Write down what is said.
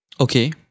Okay